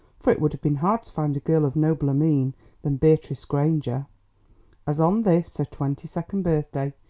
for it would have been hard to find a girl of nobler mien than beatrice granger as on this her twenty-second birthday,